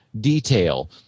detail